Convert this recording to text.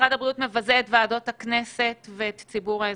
משרד הבריאות מבזה את ועדות הכנסת ואת ציבור האזרחים.